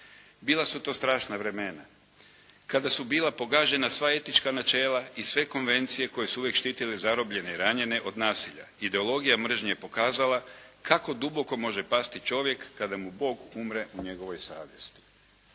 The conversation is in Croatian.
"Bila su to strašna vremena. Kada su bila pogažena sva etička načela i sve konvencije koje su uvijek štitile zarobljene i ranjene od nasilja, ideologija mržnje je pokazala kako duboko može pasti čovjek kada mu Bog umre u njegovoj savjesti."